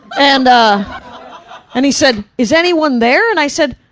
and and he said, is anyone there? and i said,